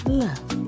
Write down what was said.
love